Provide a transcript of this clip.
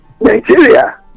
Nigeria